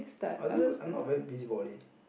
I don't I'm not very busybody